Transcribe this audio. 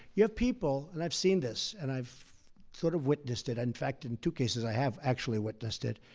you have people and i've seen this, and i've sort of witnessed it. in fact, in two cases, i have actually witnessed it.